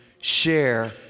share